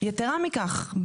יתרה מכך,